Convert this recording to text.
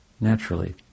naturally